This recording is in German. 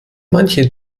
manche